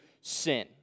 sin